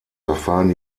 verfahren